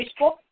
Facebook